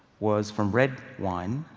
was from red wine.